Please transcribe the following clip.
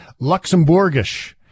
Luxembourgish